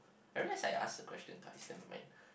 I realise I ask the question time is never make